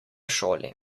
šoli